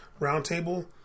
roundtable